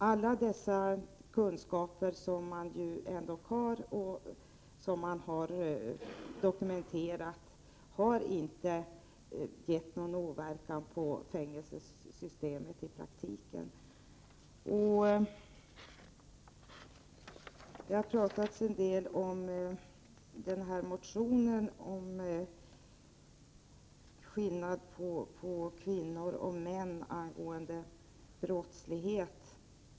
Alla de kunskaper som man har dokumenterat har i praktiken inte påverkat fängelsesystemet. Det har talats en del om motionen angående skillnaden mellan kvinnors och mäns brottslighet.